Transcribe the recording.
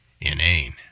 inane